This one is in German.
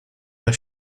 der